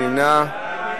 מי נמנע?